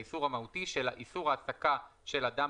את האיסור המהותי של איסור העסקה של אדם